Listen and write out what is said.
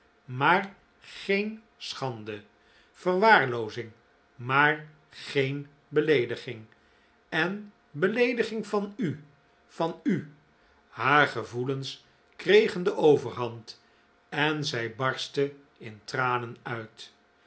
maar geen schande verwaarloozing maar geen beleediging en beleediging van u van u haar gevoelens kregen de overhand en zij barstte in tranen uit